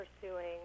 pursuing